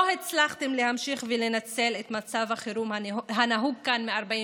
לא הצלחתם להמשיך ולנצל את מצב החירום הנהוג כאן מ-48',